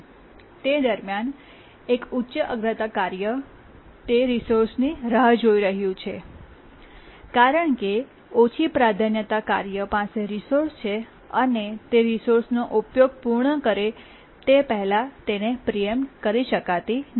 તે દરમિયાન એક ઉચ્ચ અગ્રતા કાર્ય તે રિસોર્સની રાહ જોઈ રહ્યું છે અને કારણ કે ઓછી પ્રાધાન્યતા પાસે રિસોર્સ છે અને તે રિસોર્સનો ઉપયોગ પૂર્ણ કરે તે પહેલાં તેને પ્રીએમ્પ્ટ કરી શકાતી નથી